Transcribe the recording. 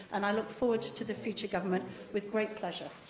and i look forward to the future government with great pleasure.